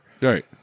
Right